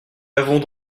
n’avons